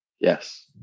yes